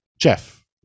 Jeff